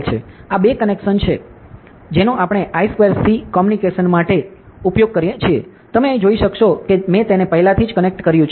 આ બે કનેક્શન્સ છે જેનો આપણે I2C કોમ્યુનિકેશન માટે ઉપયોગ કરીએ છીએ તમે અહીં જોઈ શકશો કે મેં તેને પહેલાથી જ કનેક્ટ કર્યું છે